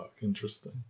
Interesting